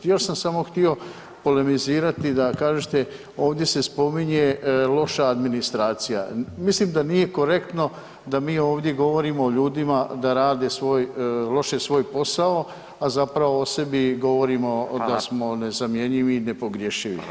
I još sam samo htio polemizirati da kažete, ovdje se spominje loša administracija, mislim da nije korektno da mi ovdje govorimo o ljudima da rade loše svoj posao, a zapravo o sebi govorimo da smo nezamjenjivi i nepogrešivi.